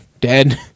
dead